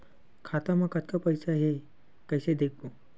खाता मा कतका पईसा हे कइसे देखबो?